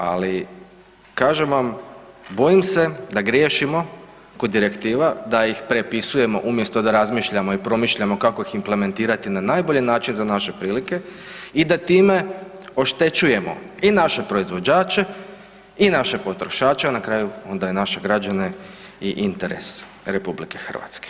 Ali kažem vam bojim se da griješimo kod direktiva da ih prepisujemo umjesto da razmišljamo i promišljamo kako ih implementirati na najbolji način za naše prilike i da time oštećujemo i naše proizvođače i naše potrošače, a na kraju onda i naše građane i interes RH.